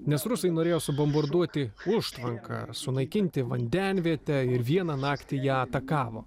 nes rusai norėjo subombarduoti užtvanką sunaikinti vandenvietę ir vieną naktį ją atakavo